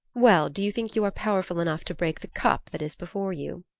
well, do you think you are powerful enough to break the cup that is before you?